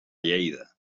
lleida